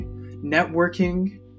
networking